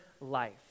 life